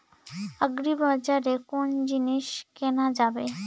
আগ্রিবাজারে কোন জিনিস কেনা যাবে?